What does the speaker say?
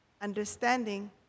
understanding